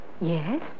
Yes